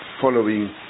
following